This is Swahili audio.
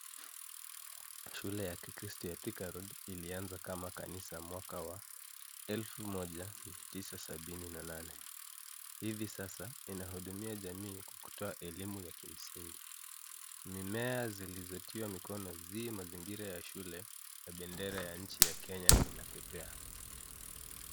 Shule ya kikristo ya Thika Road ilianza kama kanisa mwaka wa elfu moja mia tisa sabini na nane. Hivi sasa inahudumia jamii kwa kutoa elimu ya kimsingi. Mimea zilizotiwa mikono zi mazingira ya shule na bendera ya nchi ya Kenya inapepea.